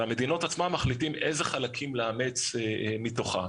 והמדינות עצמן מחליטות איזה חלקים לאמץ מתוכה.